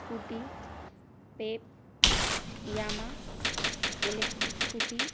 scooty Pep पियामा electric scooty